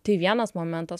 tai vienas momentas